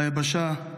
ביבשה,